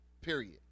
Period